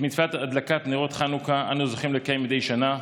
את מצוות הדלקת נרות חנוכה אנו זוכים לקיים מדי שנה,